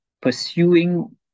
pursuing